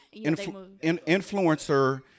influencer